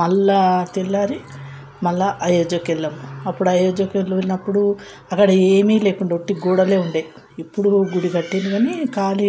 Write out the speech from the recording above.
మళ్ళా తెల్లవారి మళ్ళా అయోధ్యకు వెళ్ళాం అప్పుడు అయోధ్యకు వెళ్ళినప్పుడు అక్కడ ఏమీ లేకుండే ఒట్టి గోడలు ఉండే ఇప్పుడు గుడి కట్టిండ్రు కానీ ఖాళీ